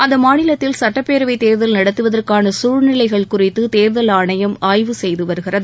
அந்த மாநிலத்தில் சட்டப்பேரவை தேர்தல் நடத்துவதற்கான சூழ்நிலைகள் குறித்து தேர்தல் ஆணையம் ஆய்வு செய்து வருகிறது